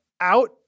out